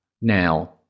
now